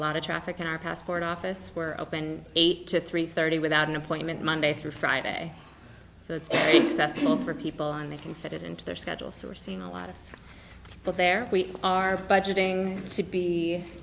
lot of traffic in our passport office were up and eight to three thirty without an appointment monday through friday so it makes us people and they can fit it into their schedule so we're seeing a lot but there we are budgeting to be